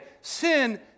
Sin